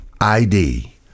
ID